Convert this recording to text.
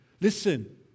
Listen